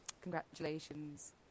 congratulations